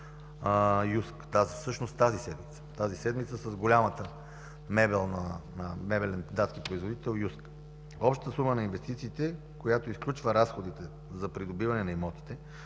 – единият се подписа тази седмица с големия мебелен датски производител „Юск”. Общата сума на инвестициите, която изключва разходите за придобиване на имотите,